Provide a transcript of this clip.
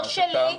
לא שלי.